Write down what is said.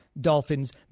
Dolphins